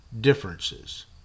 differences